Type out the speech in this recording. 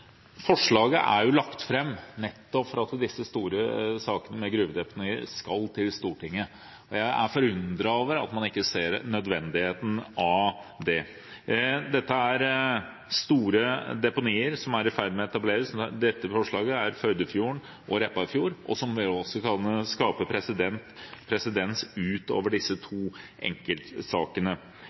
Forslaget er lagt fram nettopp for at disse store sakene med gruvedeponi skal til Stortinget. Jeg er forundret over at man ikke ser nødvendigheten av det. Dette er store deponier som er i ferd med å etableres. Dette forslaget gjelder Førdefjorden og Repparfjord, og kan vel også skape presedens utover disse to enkeltsakene.